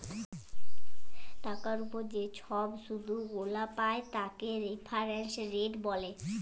টাকার উপর যে ছব শুধ গুলা পায় তাকে রেফারেন্স রেট ব্যলে